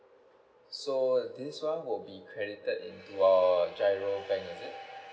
so this one will be credited into our giro bank is it